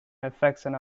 affection